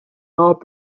not